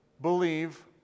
believe